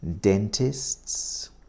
dentists